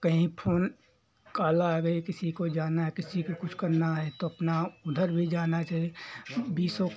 कही phone call आ गई किसी को जाना है किसी को कुछ करना है तो अपना उधर भी जाना चाहिए बीसों